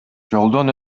жолдон